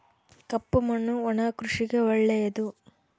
ಕಪ್ಪು ಮಣ್ಣು ಒಣ ಕೃಷಿಗೆ ಒಳ್ಳೆಯದು